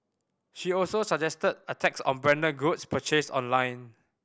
she also suggested a tax on branded goods purchased online